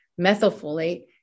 Methylfolate